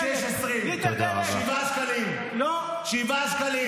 350 שקל בממוצע.